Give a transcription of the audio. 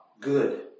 good